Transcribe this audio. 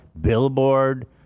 billboard